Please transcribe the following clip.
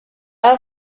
are